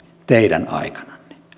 teidän aikananne